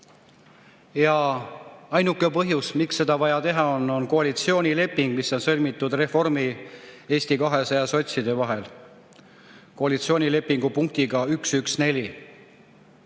Ainuke põhjus, miks seda vaja teha on, on koalitsioonileping, mis on sõlmitud Reformi[erakonna], Eesti 200 ja sotside vahel, koalitsioonilepingu punkt 1.1.4.